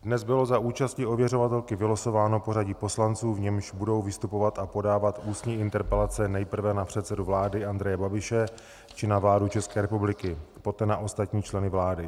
Dnes bylo za účasti ověřovatelky vylosováno pořadí poslanců, v němž budou vystupovat a podávat ústní interpelace nejprve na předsedu vlády Andreje Babiše či na vládu České republiky, poté na ostatní členy vlády.